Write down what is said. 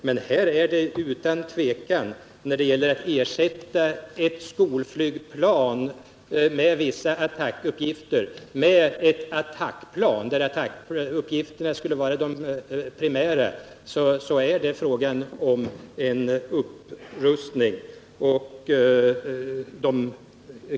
Men när det gäller att ersätta ett skolflygplan med vissa attackuppgifter med ett attackplan, där attackuppgifterna skulle vara de primära, är det utan tvekan fråga om en upprustning.